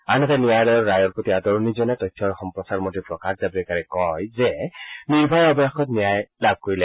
আনহাতে ন্যায়ালয়ৰ ৰায়ৰ প্ৰতি আদৰণি জনাই তথ্য আৰু সম্প্ৰচাৰ মন্ত্ৰী প্ৰকাশ জাভ্ৰেকাৰে কয় যে নিৰ্ভয়াই অৱশেষত ন্যায় লাভ কৰিলে